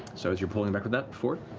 so as you're pulling back with that, fjord?